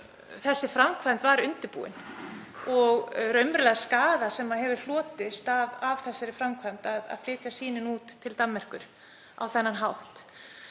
þessi framkvæmd var undirbúin og raunverulegur skaði hefur hlotist af þeirri framkvæmd að flytja sýnin út til Danmerkur á þennan hátt.